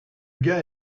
gars